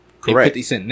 Correct